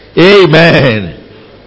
Amen